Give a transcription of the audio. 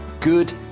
good